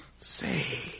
Say